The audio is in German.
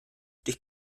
durch